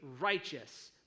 righteous